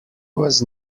was